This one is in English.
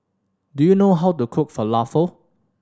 do you know how to cook Falafel